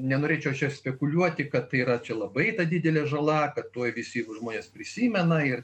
nenorėčiau aš čia spekuliuoti kad tai yra čia labai didelė žala kad tuoj visi žmonės prisimena ir